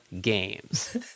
games